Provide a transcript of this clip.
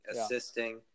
assisting